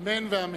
אמן ואמן.